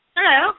Hello